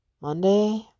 Monday